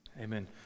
amen